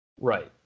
Right